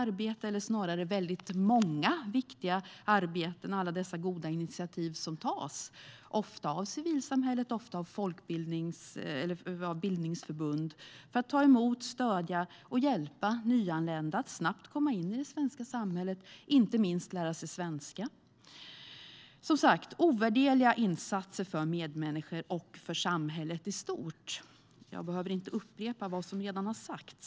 Runt om i landet pågår många viktiga arbeten med alla goda initiativ som tas - ofta av civilsamhället, ofta av bildningsförbund - för att ta emot, stödja och hjälpa nyanlända att snabbt komma in i det svenska samhället och inte minst lära sig svenska. Det är som sagt ovärderliga insatser för medmänniskor och för samhället i stort. Jag behöver inte upprepa det som redan har sagts.